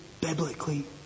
biblically